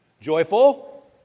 Joyful